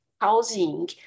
housing